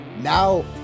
now